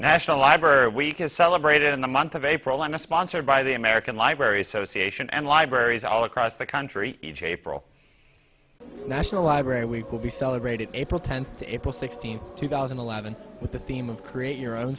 national library week is celebrated in the month of april on a sponsored by the american library association and libraries all across the country april national library week will be celebrated april tenth april sixteenth two thousand and eleven with the theme of create your own